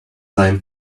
time